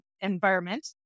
environment